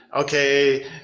okay